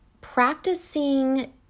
practicing